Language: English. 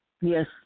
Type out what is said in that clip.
Yes